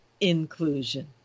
inclusion